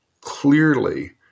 clearly